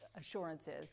assurances